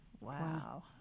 wow